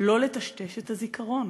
שלא לטשטש את הזיכרון.